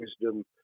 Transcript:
wisdom